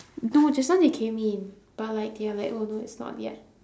no just now they came in but like they are like oh no it's not yet